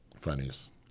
Funniest